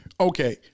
Okay